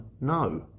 No